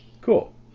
Cool